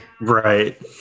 right